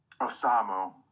Osamu